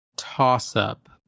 toss-up